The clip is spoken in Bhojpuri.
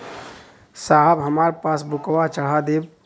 साहब हमार पासबुकवा चढ़ा देब?